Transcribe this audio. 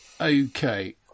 Okay